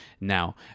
now